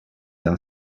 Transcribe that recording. are